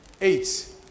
Eight